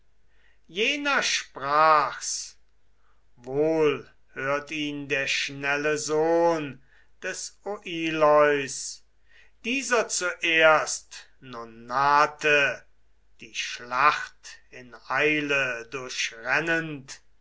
jener sprach's wohl hört ihn der schnelle sohn des oileus dieser zuerst nun nahte die schlacht in eile